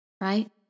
right